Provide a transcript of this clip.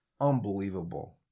Unbelievable